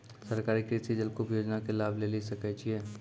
सरकारी कृषि जलकूप योजना के लाभ लेली सकै छिए?